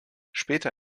später